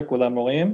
14% חיוביים.